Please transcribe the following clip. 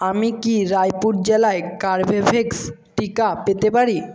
আমি কি রায়পুর জেলায় কর্বেভ্যাক্স টিকা পেতে পারি